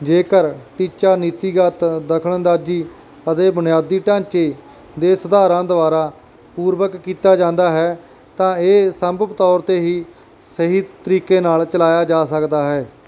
ਜੇਕਰ ਟੀਚਾ ਨੀਤੀਗਤ ਦਖ਼ਲ ਅੰਦਾਜੀ ਅਤੇ ਬੁਨਿਆਦੀ ਢਾਂਚੇ ਦੇ ਸੁਧਾਰਾਂ ਦੁਆਰਾ ਪੂਰਵਕ ਕੀਤਾ ਜਾਂਦਾ ਹੈ ਤਾਂ ਇਹ ਸੰਭਵ ਤੌਰ 'ਤੇ ਹੀ ਸਹੀ ਤਰੀਕੇ ਨਾਲ ਚਲਾਇਆ ਜਾ ਸਕਦਾ ਹੈ